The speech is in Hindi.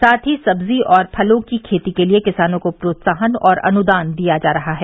साथ ही सब्जी और फलों की खेती के लिये किसानों को प्रोत्साहन और अनुदान दिया जा रहा है